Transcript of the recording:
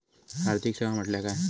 आर्थिक सेवा म्हटल्या काय?